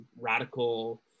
radical